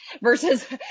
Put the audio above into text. versus